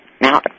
Now